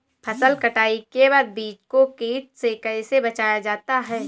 फसल कटाई के बाद बीज को कीट से कैसे बचाया जाता है?